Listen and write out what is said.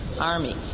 army